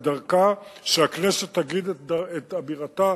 ודרכה שהכנסת תגיד את אמירתה,